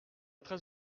très